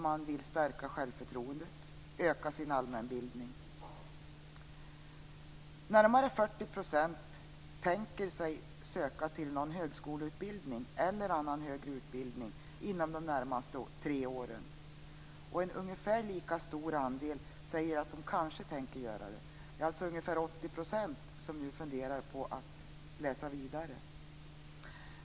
Man vill stärka självförtroendet och öka sin allmänbildning. Närmare 40 % tänker söka sig till någon högskoleutbildning eller annan högre utbildning inom de närmaste tre åren. En ungefär lika stor andel säger att de kanske tänker göra det. Det är alltså ungefär 80 % som nu funderar på att läsa vidare.